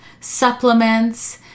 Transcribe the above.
supplements